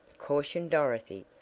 cautioned dorothy,